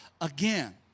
again